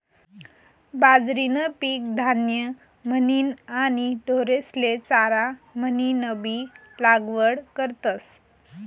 बाजरीनं पीक धान्य म्हनीन आणि ढोरेस्ले चारा म्हनीनबी लागवड करतस